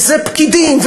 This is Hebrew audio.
וזה פקידים,